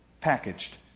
packaged